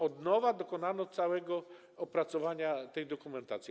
Od nowa dokonano całego opracowania tej dokumentacji.